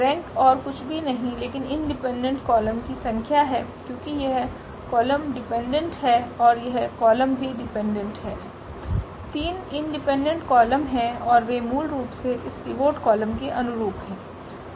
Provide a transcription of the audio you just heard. rank ओर कुछ भी नहीं लेकिन इंडिपेंडेंट कॉलम की संख्या है क्योंकि यह कॉलम डिपेंडेंट है और यह कॉलम भी डिपेंडेंट है 3 इंडिपेंडेंट कॉलम हैं और वे मूल रूप से इस पिवोट कॉलम के अनुरूप हैं